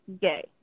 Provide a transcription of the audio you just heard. gay